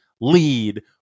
lead